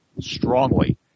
strongly